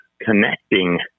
connecting